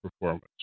performance